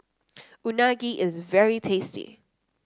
unagi is very tasty